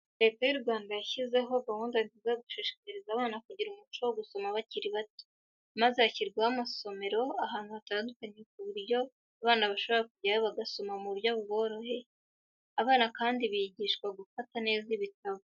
Leta y'u Rwanda yashyizeho gahunda nziza yo gushishikariza abana kugira umuco wo gusoma bakiri bato, maze hashyirwaho amasomero ahantu hatandukanye ku buryo abana boshobora kujyayo bagasoma mu buryo buboroheye, abana kandi bigishwa gufata neza ibitabo.